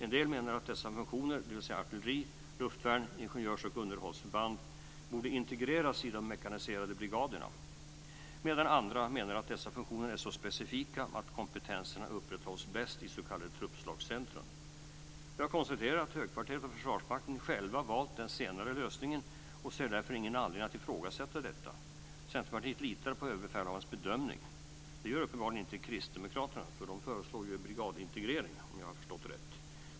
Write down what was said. En del menar att dessa funktioner, dvs. artilleri, luftvärn, ingenjörs och underhållsförband, borde integreras i de mekaniserade brigaderna. Andra menar att dessa funktioner är så specifika att kompetenserna upprätthålls bäst i s.k. truppslagscenter. Jag konstaterar att högkvarteret och Försvarsmakten själva har valt den senare lösningen och ser därför ingen anledning att ifrågasätta detta. Centerpartiet litar på överbefälhavarens bedömning. Det gör uppenbarligen inte kristdemokraterna, eftersom de föreslår en brigadintegrering, om jag har förstått rätt.